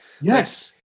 Yes